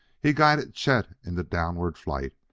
he guided chet in the downward flight,